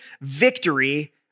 victory